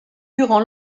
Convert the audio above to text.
durant